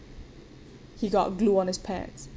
he got glue on his pants